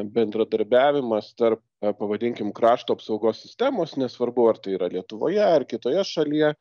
bendradarbiavimas tarp pavadinkim krašto apsaugos sistemos nesvarbu ar tai yra lietuvoje ar kitoje šalyje